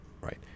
right